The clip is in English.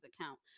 account